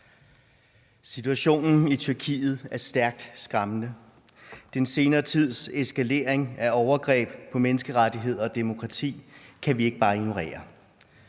Situationen i Tyrkiet er stærkt skræmmende. Den senere tids eskalering af overgreb på menneskerettigheder og demokrati kan vi ikke bare ignorere.